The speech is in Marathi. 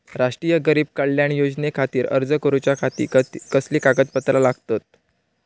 राष्ट्रीय गरीब कल्याण योजनेखातीर अर्ज करूच्या खाती कसली कागदपत्रा लागतत?